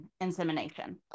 insemination